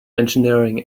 engineering